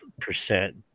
percent